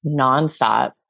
nonstop